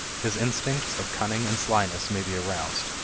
his instincts of cunning and slyness may be aroused,